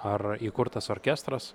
ar įkurtas orkestras